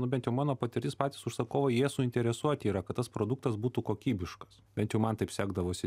ne bent jau mano patirtis patys užsakovo jie suinteresuoti yra kad tas produktas būtų kokybiškas bent jau man taip sekdavosi